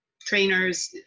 trainers